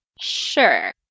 Sure